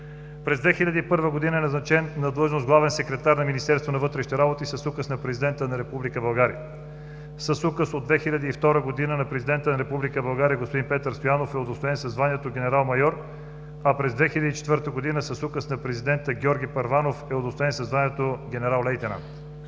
През 2001 г. е назначен на длъжност „главен секретар“ на Министерството на вътрешните работи с Указ на Президента на Република България. С Указ от 2002 г. на президента на Република България господин Петър Стоянов е удостоен със званието „генерал-майор“, през 2004 г. с Указ на президента Георги Първанов е удостоен със званието „генерал-лейтенант“.